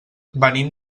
venim